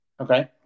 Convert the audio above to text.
Okay